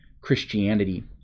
Christianity